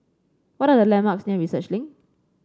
what are the landmarks near Research Link